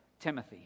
Timothy